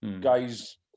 guys